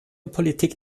politik